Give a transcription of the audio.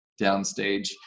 downstage